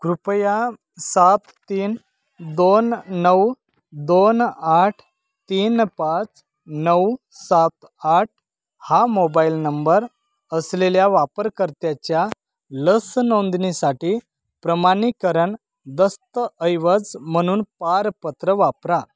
कृपया सात तीन दोन नऊ दोन आठ तीन पाच नऊ सात आठ हा मोबाईल नंबर असलेल्या वापरकर्त्याच्या लस नोंदणीसाठी प्रमाणीकरण दस्तऐवज म्हणून पारपत्र वापरा